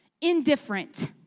Indifferent